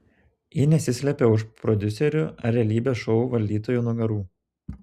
ji nesislėpė už prodiuserių ar realybės šou valdytojų nugarų